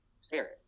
spirit